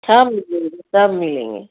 सब मिलेंगे सब मिलेंगे